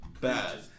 bad